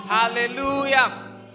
Hallelujah